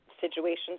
situations